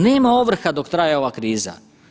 Nema ovrha dok traje ova kriza.